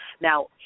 Now